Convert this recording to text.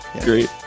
great